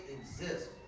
exist